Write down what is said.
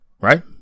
right